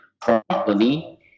properly